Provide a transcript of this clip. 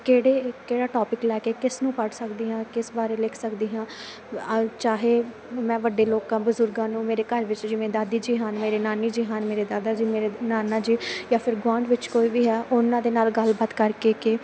ਕਿਹੜੇ ਕਿਹੜਾ ਟੋਪਿਕ ਲੈ ਕੇ ਕਿਸ ਨੂੰ ਪੜ੍ਹ ਸਕਦੀ ਹਾਂ ਕਿਸ ਬਾਰੇ ਲਿਖ ਸਕਦੀ ਹਾਂ ਚਾਹੇ ਮੈਂ ਵੱਡੇ ਲੋਕਾਂ ਬਜ਼ੁਰਗਾਂ ਨੂੰ ਮੇਰੇ ਘਰ ਵਿੱਚ ਜਿਵੇਂ ਦਾਦੀ ਜੀ ਹਨ ਮੇਰੇ ਨਾਨੀ ਜੀ ਹਨ ਮੇਰੇ ਦਾਦਾ ਜੀ ਮੇਰੇ ਨਾਨਾ ਜੀ ਜਾ ਫਿਰ ਗੁਆਂਢ ਵਿੱਚ ਕੋਈ ਵੀ ਹੈ ਉਹਨਾਂ ਦੇ ਨਾਲ ਗੱਲਬਾਤ ਕਰਕੇ ਕਿ